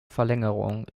verlängerung